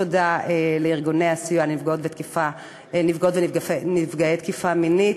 תודה לארגוני הסיוע לנפגעות ונפגעי תקיפה מינית,